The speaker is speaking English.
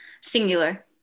singular